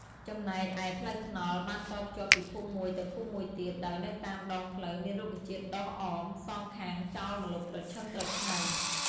ចំណែកឯផ្លូវថ្នល់បានតភ្ជាប់ពីភូមិមួយទៅភូមិមួយទៀត ដោយនៅតាមដងផ្លូវមានរុក្ខជាតិដុះអម សងខាងចោលម្លប់ត្រឈឹងត្រឈៃ។